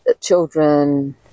Children